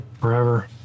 forever